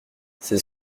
c’est